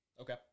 Okay